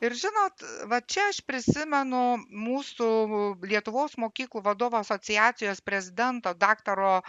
ir žinot va čia aš prisimenu mūsų lietuvos mokyklų vadovų asociacijos prezidento daktaro